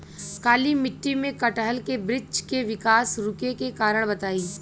काली मिट्टी में कटहल के बृच्छ के विकास रुके के कारण बताई?